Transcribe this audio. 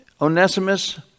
Onesimus